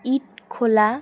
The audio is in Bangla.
ইট খোলা